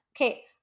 okay